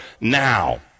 now